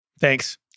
Thanks